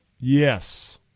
Yes